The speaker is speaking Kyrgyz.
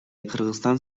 кыргызстан